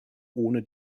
ohne